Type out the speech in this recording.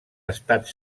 estat